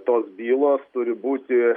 tos bylos turi būti